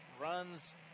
runs